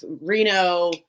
Reno